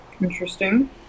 Interesting